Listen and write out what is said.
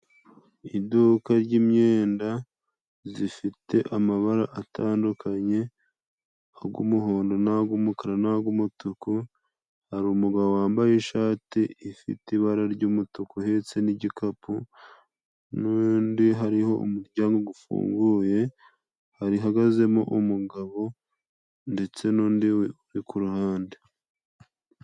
Iduka ry'imyenda zifite amabara atandukanye :agumuhondo ,nag'umukara, nag'umutuku, hari umugabo wambaye ishati ifite ibara ry'umutuku uhetse n'igikapu, n'undi hariho umuryango gufunguye hahagazemo umugabo ndetse n'undi uri kuruhande.